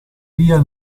via